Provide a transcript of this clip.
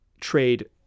trade